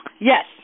Yes